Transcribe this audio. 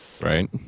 Right